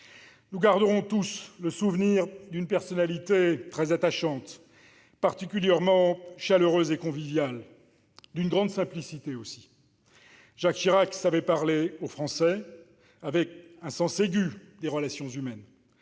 Nous garderons tous le souvenir d'une personnalité très attachante, particulièrement chaleureuse et conviviale, d'une grande simplicité aussi. Jacques Chirac savait parler aux Français, avait un sens aigu des relations humaines.